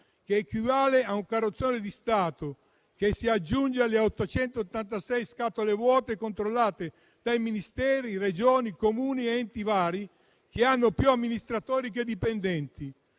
che equivale a un carrozzone di Stato che si aggiunge alle 886 scatole vuote controllate da Ministeri, Regioni, Comuni ed enti vari che hanno più amministratori che dipendenti,